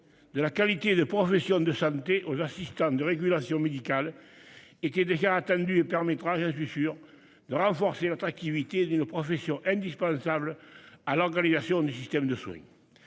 De la qualité de professions de santé aux assistants de régulation médicale et qui est déjà attendu et permettra je suis sûr de renforcer notre activité d'une profession indispensables à l'organisation du système de souris.